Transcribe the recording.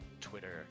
Twitter